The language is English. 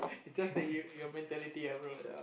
is just that you your mentality ah bro